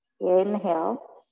Inhale